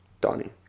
Donnie